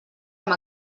amb